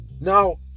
now